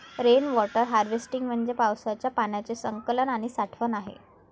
rain water harvesting म्हणजे पावसाच्या पाण्याचे संकलन आणि साठवण आहे